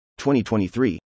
2023